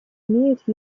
имеют